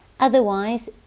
Otherwise